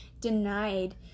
denied